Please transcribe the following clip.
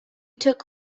took